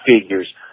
figures